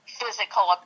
physical